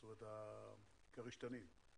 זאת אומרת כריש ותנין.